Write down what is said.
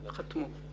חתמו.